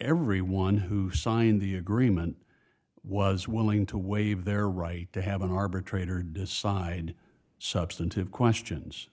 everyone who signed the agreement was willing to waive their right to have an arbitrator decide substantive questions